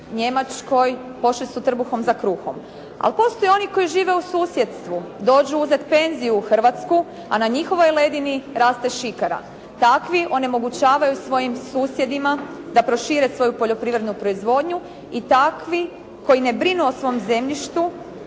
Njemačkoj, pošli su trbuhom za kruhom, ali postoje oni koji žive u susjedstvu, dođu uzeti penziju u Hrvatsku, a na njihovoj ledini raste šikara. Takvi onemogućavaju svojim susjedima da prošire svoju poljoprivrednu proizvodnju i takvi koji ne brinu o svom zemljištu